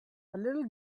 little